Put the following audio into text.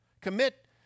Commit